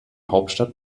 hauptstadt